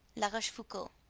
la rochefoucauld.